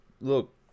look